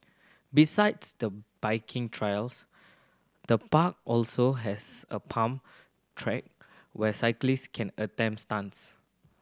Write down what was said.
besides the biking trails the park also has a pump track where cyclist can attempt stunts